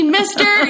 Mister